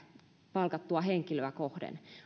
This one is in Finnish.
palkattua henkilöä kohden